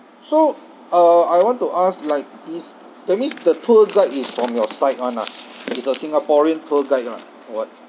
so uh I want to ask like this that means the tour guide is from your side [one] ah it's a singaporean tour guide lah or what